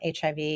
HIV